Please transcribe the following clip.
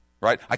Right